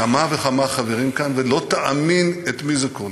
כמה וכמה חברים פה, ולא תאמין את מי זה כולל,